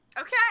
Okay